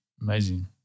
Amazing